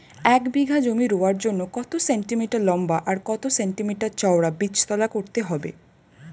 এক বিঘা জমি রোয়ার জন্য কত সেন্টিমিটার লম্বা আর কত সেন্টিমিটার চওড়া বীজতলা করতে হবে?